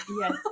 yes